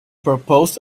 proposed